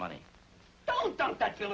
money back to